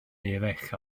eraill